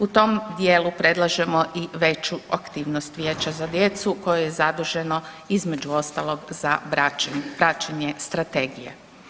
U tom dijelu predlažemo i veću aktivnost vijeća za djecu koje je zaduženo između ostalog za praćenje strategije.